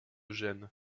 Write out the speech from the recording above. gênes